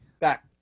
Back